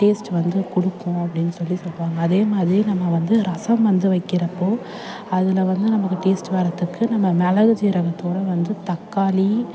taste வந்து கொடுக்கும் அப்படினு சொல்லி சொல்வாங்க அதேமாதிரி நம்ம வந்து ரசம் வந்து வைக்கிறப்போ அதில் வந்து நமக்கு டேஸ்ட்டு வர்றதுக்கு நம்ம மிளகு ஜீரகத்தோட வந்து தக்காளி